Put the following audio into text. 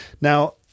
Now